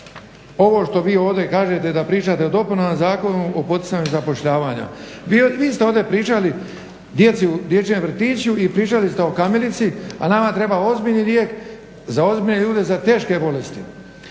ovo što vi ovdje kažete da pričate o dopunama zakonu o poticanju zapošljavanja. Vi ste ovdje pričali djeci u dječjem vrtiću i pričali ste o kamilici, a nama treba ozbiljni lijek za ozbiljne ljude za teške bolesti.